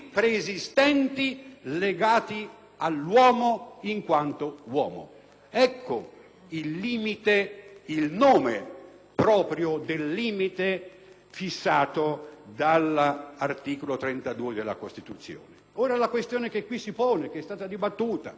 il nome proprio del limite fissato dall'articolo 32 della Costituzione. Ora, la questione che qui si pone e che è stata dibattuta in questi giorni, in queste ore, e per tanto tempo anche, è se